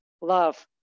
love